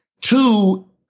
Two